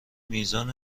میزان